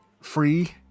free